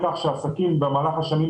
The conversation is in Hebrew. למעשה,